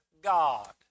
God